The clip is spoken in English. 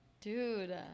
dude